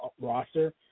roster